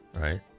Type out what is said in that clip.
right